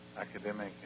academic